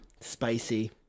Spicy